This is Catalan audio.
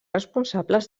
responsables